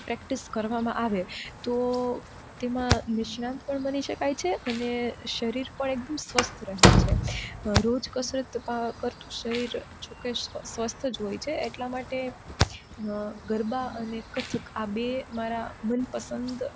practice કરવામાં આવે તો તેમાં નિષ્ણાંત પણ બની શકાય છે અને શરીર પણ એકદમ સ્વસ્થ રહે છે રોજ કસરતમાં કરતું શરીર જોકે સ્વસ્થ જ હોય છે એટલે એટલા માટે ગરબા અને કથક આ બે મારા મનપસંદ